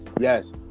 Yes